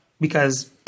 because-